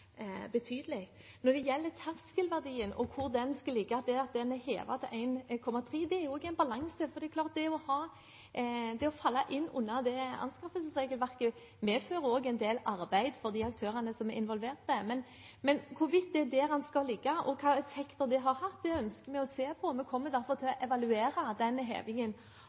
betydelig. Når det gjelder terskelverdien og hvor den skal ligge, er den hevet til 1,3 mill. kr. Det er også en balanse, for det er klart at det å falle inn under det anskaffelsesregelverket medfører også en del arbeid for de aktørene som er involvert. Men hvorvidt det er der den skal ligge, og hvilken effekt det har hatt, ønsker vi å se på. Vi kommer derfor til å evaluere denne hevingen